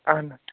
اَہَن حظ